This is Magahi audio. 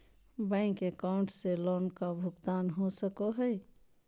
बैंक अकाउंट से लोन का भुगतान हो सको हई?